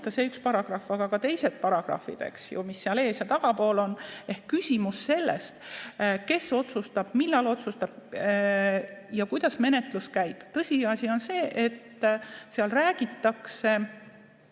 see üks paragrahv, aga ka teised paragrahvid, eks ju, mis seal ees‑ ja tagapool on. Ehk küsimus on selles, kes otsustab, millal otsustab ja kuidas menetlus käib. Tõsiasi on see, et menetluse